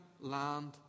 land